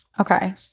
Okay